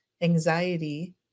anxiety